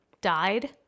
died